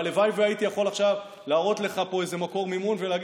והלוואי שהייתי יכול עכשיו להראות לך פה איזה מקור מימון ולהגיד